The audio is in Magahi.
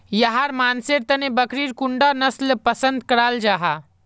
याहर मानसेर तने बकरीर कुंडा नसल पसंद कराल जाहा?